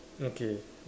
okay